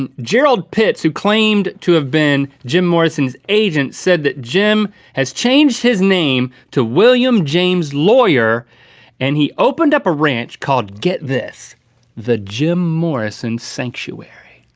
and gerald pitts, who claimed to have been jim morrison's agent said that jim has changed his name to william james loyer and he opened up a ranch called get this the jim morrison sanctuary.